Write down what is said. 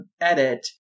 edit